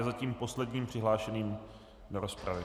Je zatím posledním přihlášeným do rozpravy.